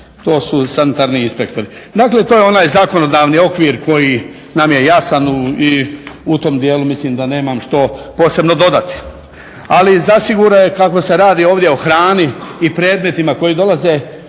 to su sanitarni inspektori. Dakle to je onaj zakonodavni okvir koji nam je jasan i u tom dijelu mislim da nemam što posebno dodati. Ali zasigurno je kako se radi ovdje o hrani i predmetima koji dolaze